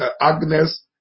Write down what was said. Agnes